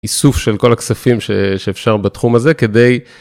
איסוף של כל הכספים שאפשר בתחום הזה כדי.